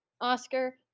Oscar